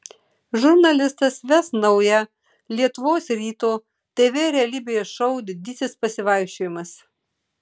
žurnalistas ves naują lietuvos ryto tv realybės šou didysis pasivaikščiojimas